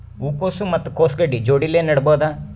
ಹೂ ಕೊಸು ಮತ್ ಕೊಸ ಗಡ್ಡಿ ಜೋಡಿಲ್ಲೆ ನೇಡಬಹ್ದ?